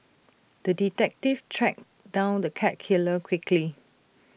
the detective tracked down the cat killer quickly